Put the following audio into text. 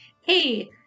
hey